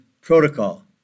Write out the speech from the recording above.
protocol